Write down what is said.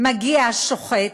מגיע השוחט,